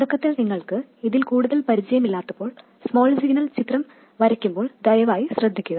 തുടക്കത്തിൽ നിങ്ങൾക്ക് ഇതിൽ കൂടുതൽ പരിചയമില്ലാത്തപ്പോൾ സ്മോൾ സിഗ്നൽ ചിത്രം വരയ്ക്കുമ്പോൾ ദയവായി ശ്രദ്ധിക്കുക